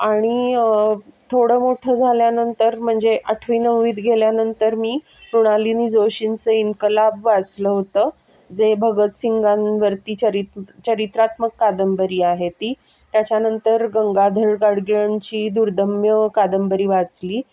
आणि थोडं मोठं झाल्यानंतर म्हणजे आठवी नववीत गेल्यानंतर मी मृणालिनी जोशींचं इन्कलाब वाचलं होतं जे भगतसिंगांवरती चरित चरित्रात्मक कादंबरी आहे ती त्याच्यानंतर गंगाधर गाडगिळांची दुर्दम्य कादंबरी वाचली